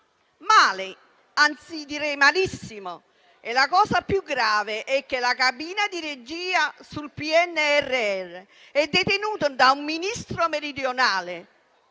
Male, anzi direi malissimo e la cosa più grave è che la cabina di regia sul PNRR è detenuta da un Ministro meridionale.